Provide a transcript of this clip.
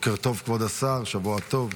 בוקר טוב, כבוד השר, שבוע טוב.